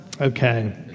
Okay